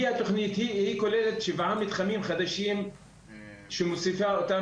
התכנית כוללת שבעה מתחמים חדשים שמוסיפה אותם